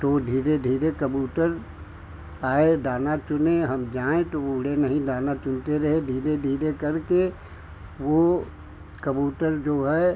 तो धीरे धीरे कबूतर आए दाना चुने हम जाएँ तो वह उड़े नहीं दाना चुनते रहे धीरे धीरे करके वह कबूतर जो है